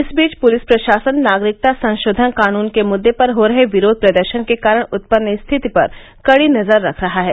इस बीच पुलिस प्रशासन नागरिकता संशोधन कानून के मुद्दे पर हो रहे विरोध प्रदर्शन के कारण उत्पन्न स्थिति पर कड़ी नजर रख रहा है